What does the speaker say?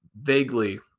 vaguely